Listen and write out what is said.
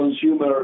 consumer